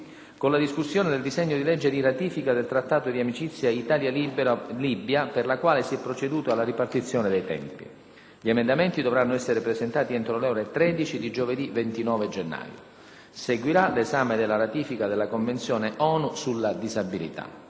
con la discussione del disegno di legge di ratifica del Trattato di amicizia Italia-Libia per la quale si è proceduto alla ripartizione dei tempi. Gli emendamenti dovranno essere presentati entro le ore 13 di giovedì 29 gennaio. Seguirà l'esame della ratifica della Convenzione ONU sulla disabilità.